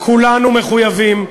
כולנו מחויבים,